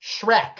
Shrek